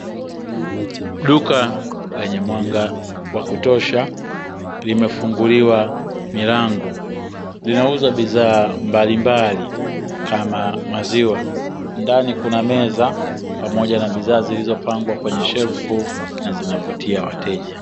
Duka lenye mwanga wa kutosha limefunguliwa milango, linauza bidhaa mbalimbali kama vile maziwa, ndani kuna meza na bidhaa zilizopangwa kwenye shelfu na zinavutia wateja.